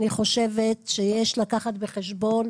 אני חושבת שיש לקחת בחשבון,